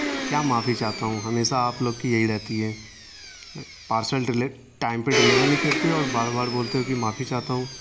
کیا معافی چاہتا ہوں ہمیشہ آپ لوگ کی یہی رہتی ہے پارسل ڈلے ٹائم پہ ڈلیور نہیں کرتے ہو اور بار بار بولتے ہو کہ معافی چاہتا ہوں